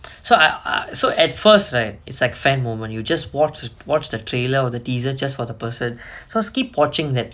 so I so at first right it's like fair moment you just want to watch watch the trailer or the teaser just for the person so skip watching that